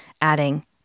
adding